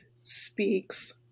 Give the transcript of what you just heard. speaks